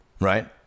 Right